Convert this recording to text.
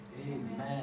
Amen